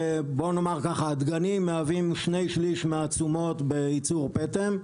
הדגנים מהווים שני שלישים מהתשומות ביצור פטם,